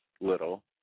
little